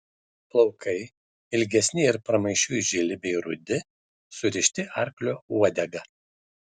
plaukai ilgesni ir pramaišiui žili bei rudi surišti arklio uodega